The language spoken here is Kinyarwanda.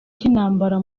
cy’intambara